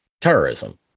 terrorism